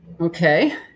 Okay